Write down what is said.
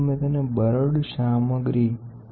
તેથી તેને લાવવુ પડશે